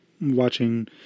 watching